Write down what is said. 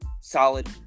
solid